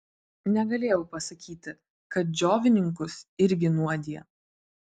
negalėjau pasakyti kad džiovininkus irgi nuodija